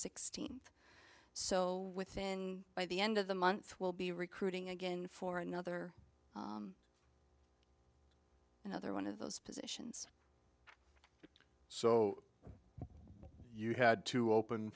sixteenth so within by the end of the month will be recruiting again for another another one of those positions so you had to open